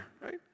right